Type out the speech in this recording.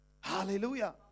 Hallelujah